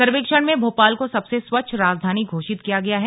सर्वेक्षण में भोपाल को सबसे स्वच्छ राजधानी घोषित किया गया है